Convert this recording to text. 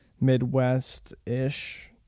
Midwest-ish